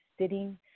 sitting